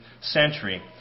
century